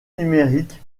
numérique